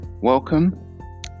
Welcome